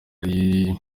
ari